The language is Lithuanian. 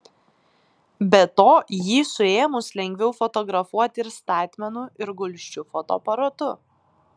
be to jį suėmus lengviau fotografuoti ir statmenu ir gulsčiu fotoaparatu